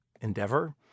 endeavor